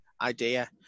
idea